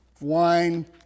wine